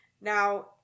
Now